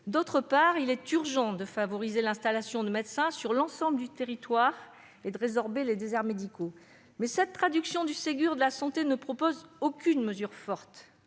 outre, il est urgent de favoriser l'installation des médecins sur l'ensemble du territoire et de résorber les déserts médicaux. Mais cette traduction du Ségur de la santé ne propose aucune mesure forte.